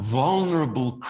vulnerable